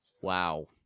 Wow